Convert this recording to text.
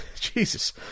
Jesus